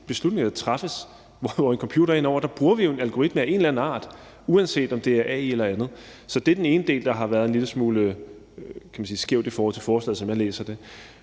beslutninger, der træffes, og hvor en computer er inde over, bruger vi jo en algoritme af en eller anden art, uanset om det er AI eller andet. Så det er den ene del, der har været en lille smule skævt i forhold til forslaget, som jeg læser det.